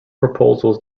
proposals